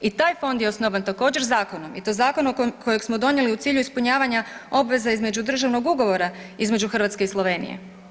I taj fond je osnovan također zakonom i to zakonom kojeg smo donijeli u cilju ispunjavanja obveza između državnog ugovora između Hrvatske i Slovenije.